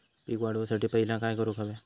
पीक वाढवुसाठी पहिला काय करूक हव्या?